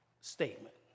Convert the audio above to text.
statement